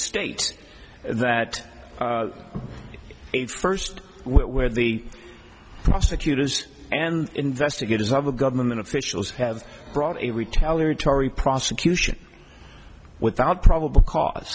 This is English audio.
state that it first where the prosecutors and investigators other government officials have brought a retaliatory prosecution without probable cause